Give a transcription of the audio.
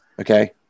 Okay